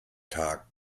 tag